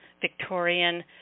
Victorian